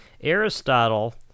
Aristotle